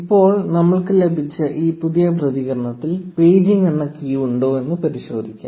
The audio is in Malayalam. ഇപ്പോൾ നമ്മൾക്ക് ലഭിച്ച ഈ പുതിയ പ്രതികരണത്തിൽ പേജിംഗ് എന്ന കീ ഉണ്ടോ എന്ന് പരിശോധിക്കും